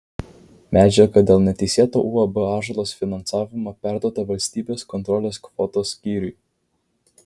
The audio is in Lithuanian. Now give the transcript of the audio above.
medžiaga dėl neteisėto uab ąžuolas finansavimo perduota valstybės kontrolės kvotos skyriui